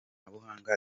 koranabuhanga